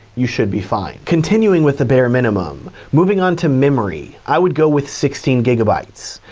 you should be fine. continuing with the bare minimum, moving onto memory. i would go with sixteen gigabytes.